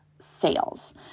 Sales